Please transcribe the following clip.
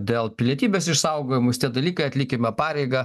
dėl pilietybės išsaugojimus tie dalykai atlikime pareigą